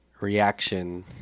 reaction